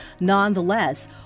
Nonetheless